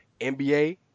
NBA